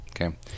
okay